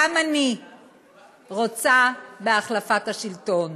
גם אני רוצה בהחלפת השלטון